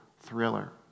thriller